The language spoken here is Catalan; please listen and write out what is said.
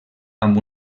amb